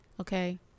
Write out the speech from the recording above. Okay